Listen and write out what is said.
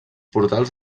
portals